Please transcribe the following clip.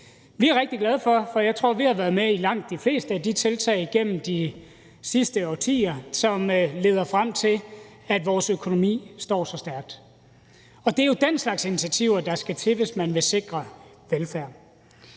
er vi rigtig glade for, for jeg tror, vi har været med i langt de fleste af de tiltag igennem de sidste årtier, som har ledt frem til, at vores økonomi står så stærkt. Og det er jo den slags initiativer, der skal til, hvis man vil sikre velfærden.